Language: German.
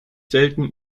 selten